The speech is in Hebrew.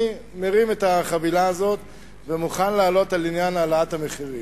אני מרים את החבילה הזאת ומוכן לענות על עניין העלאת המחירים.